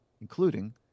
including